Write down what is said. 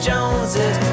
Joneses